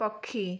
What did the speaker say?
ପକ୍ଷୀ